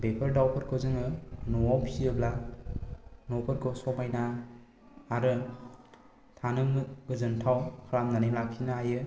बेफोर दावफोरखौ जोङो न'आव फियोब्ला न'फोरखौ समाइना आरो थानोबो गोजोनथाव खालामनानै लाखिनो हायो